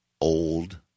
old